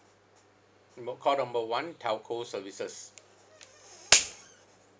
number call number one telco services